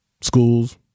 schools